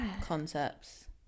concepts